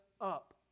up